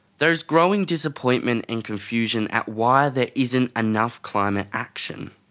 there is growing disappointment and confusion at why there isn't enough climate action.